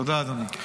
תודה, אדוני.